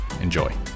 Enjoy